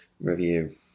review